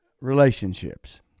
Relationships